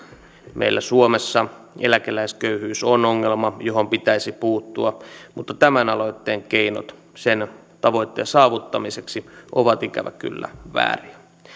meillä suomessa eläkeläisköyhyys on ongelma johon pitäisi puuttua mutta tämän aloitteen keinot sen tavoitteen saavuttamiseksi ovat ikävä kyllä vääriä